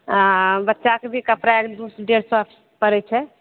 आ बच्चाके भी कपड़ा डेढ़ सए पड़ै छै